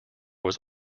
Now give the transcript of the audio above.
was